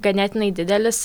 ganėtinai didelis